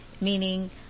Meaning